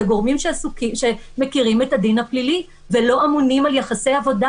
גורמים שמכירים את הדין הפלילי ולא אמונים על יחסי עבודה.